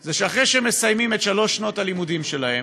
היא שאחרי שהם מסיימים את שלוש שנות הלימודים שלהם,